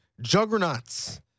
juggernauts